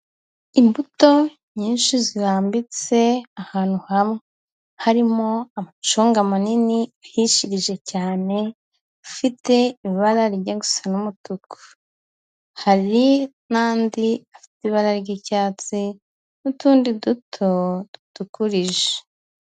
Imbuto nyinshi zirambitse ahantu hamwe, harimo amacunga manini ahishirije cyane afite ibara rijya gusa n'umutuku, hari n'andi afite ibara ry'icyatsi n'utundi duto dutukurije.